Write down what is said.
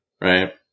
right